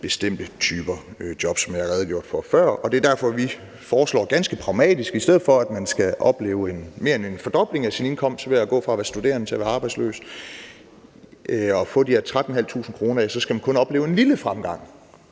bestemte typer jobs, som jeg har redegjort for før. Og det er derfor, at vi ganske pragmatisk foreslår, at i stedet for at man skal opleve mere end en fordobling af sin indkomst ved at gå fra at være studerende til at være arbejdsløs og få de her 13.500 kr., så skal man kun opleve en lille fremgang